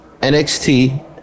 NXT